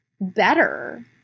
better